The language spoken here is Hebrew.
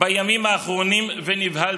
בימים האחרונים ונבהלתם,